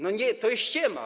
No nie, to jest ściema.